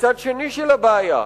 וצד שני של הבעיה,